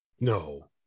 No